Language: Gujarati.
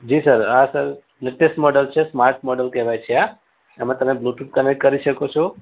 જી સર આ સર લેટેસ્ટ મૉડલ છે સ્માર્ટ મૉડલ કહેવાય છે આ એમાં તમે બ્લૂટૂથ કનૅક્ટ કરી શકો છો